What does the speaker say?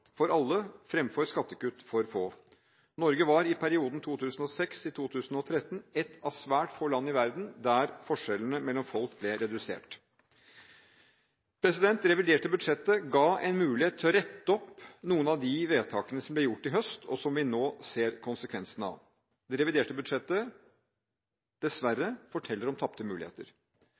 alle fremfor skattekutt for få. Norge var i perioden 2006–2013 et av svært få land i verden der forskjellene mellom folk ble redusert. Det reviderte budsjettet ga en mulighet til å rette opp noen av de vedtakene som ble gjort i høst, og som vi nå ser konsekvensen av. Det reviderte budsjettet forteller – dessverre – om tapte muligheter.